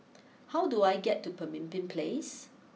how do I get to Pemimpin place